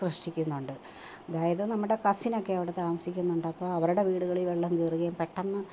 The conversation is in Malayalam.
സൃഷ്ടിക്കുന്നുണ്ട് അതായതു നമ്മുടെ കസിൻ ഒക്കെ അവിടെ താമസിക്കുന്നുണ്ട് അപ്പോൾ അവരുടെ വീടുകളിൽ വെള്ളം കയറുകയും പെട്ടെന്ന്